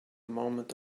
moment